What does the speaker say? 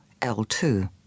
L2